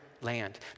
land